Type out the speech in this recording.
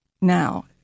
now